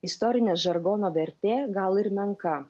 istorinė žargono vertė gal ir menka